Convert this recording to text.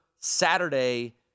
Saturday